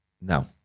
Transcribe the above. No